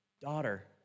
daughter